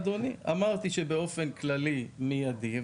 אדוני, אמרתי שבאופן כללי מיידי.